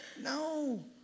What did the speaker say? No